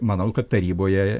manau kad taryboje